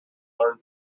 learn